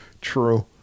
True